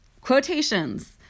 quotations